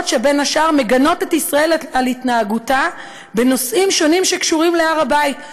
שבין השאר מגנות את ישראל על התנהגותה בנושאים שונים הקשורים להר הבית.